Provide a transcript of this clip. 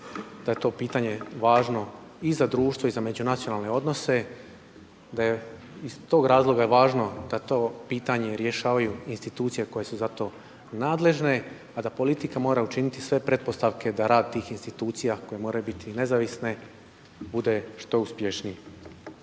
da je to pitanje važno i za društvo i za međunacionalne odnose, da je iz tog razloga je važno da to pitanje rješavaju institucije koje su za to nadležne, a da politika mora učiniti sve pretpostavke da rad tih institucija koje moraju biti nezavisne bude što uspješniji.